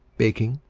baking,